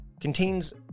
contains